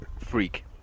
freak